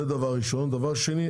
דבר שני,